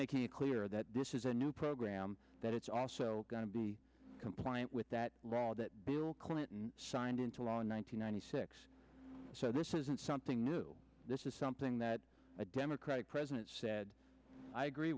making it clear that this is a new program that it's also going to be compliant with that law that bill clinton signed into law in one thousand nine hundred six so this isn't something new this is something that a democratic president said i agree